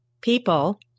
people